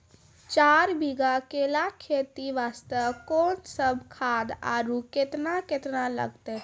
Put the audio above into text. चार बीघा केला खेती वास्ते कोंन सब खाद आरु केतना केतना लगतै?